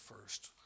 first